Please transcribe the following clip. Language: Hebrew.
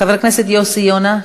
חבר הכנסת יוסי יונה,